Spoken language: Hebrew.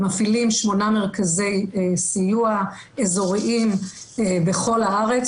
מפעילות שמונה מרכזי סיוע אזוריים בכל הארץ